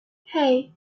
hey